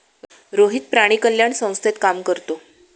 रोहित प्राणी कल्याण संस्थेत काम करतो